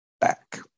back